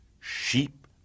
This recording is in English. sheep